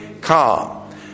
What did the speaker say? calm